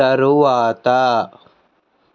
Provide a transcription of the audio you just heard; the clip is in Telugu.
తరువాత